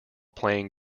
playing